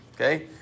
Okay